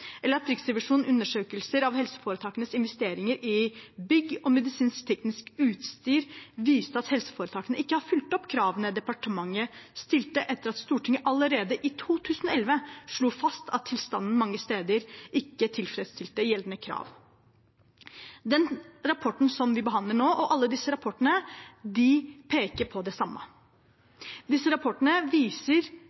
eller da Riksrevisjonens undersøkelser av helseforetakenes investeringer i bygg og medisinsk-teknisk utstyr viste at helseforetakene ikke har fulgt opp kravene departementet stilte, etter at Stortinget allerede i 2011 slo fast at tilstanden mange steder ikke tilfredsstilte gjeldende krav. Den rapporten som vi behandler nå, og alle disse rapportene, peker på det samme.